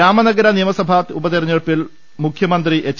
രാമന ഗര നിയമസഭാ ഉപതെരഞ്ഞെടുപ്പിൽ മുഖ്യമന്ത്രി എച്ച്